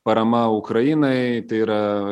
parama ukrainai tai yra